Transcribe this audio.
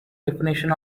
definition